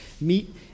meet